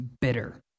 bitter